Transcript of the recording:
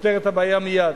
שפותר את הבעיה מייד.